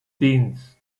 dienst